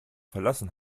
verlassen